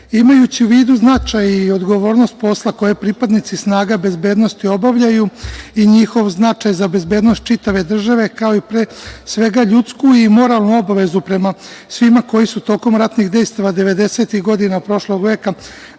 u vidu značaj i odgovornost posla koje pripadnici snaga bezbednosti obavljaju i njihov značaj za bezbednost čitave države, kao i pre svega ljudsku i moralnu obavezu prema svima koji su tokom ratnih dejstava 90-ih godina prošlog veka